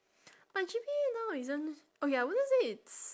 my G_P_A now isn't okay I wouldn't say it's